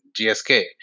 GSK